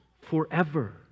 forever